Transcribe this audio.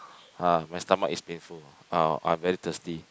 ah my stomach is painful ah I'm very thirsty